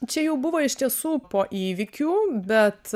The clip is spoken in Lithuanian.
čia jau buvo iš tiesų po įvykių bet